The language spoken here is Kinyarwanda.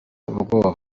ubwoba